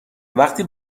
وقتی